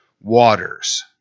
waters